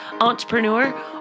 Entrepreneur